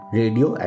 radio